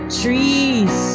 trees